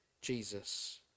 Jesus